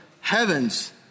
heavens